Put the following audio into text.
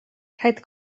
rhaid